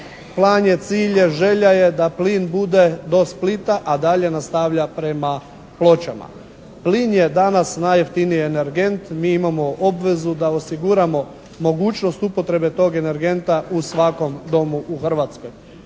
plan je, cilj je, želja je da plin bude do Splita a dalje nastavlja prema Pločama. Plin je danas najjeftiniji energent. Mi imamo obvezu da osiguramo mogućnost upotrebe tog energenta u svakom domu u Hrvatskoj.